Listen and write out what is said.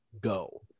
go